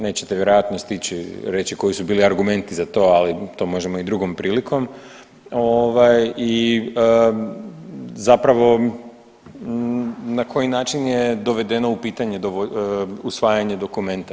Nećete vjerojatno stići reći, koji su bili argumenti za to, ali to možemo i drugom prilikom i zapravo na koji način dovedeno u pitanje usvajanja dokumenta?